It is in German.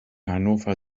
hannover